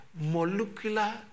molecular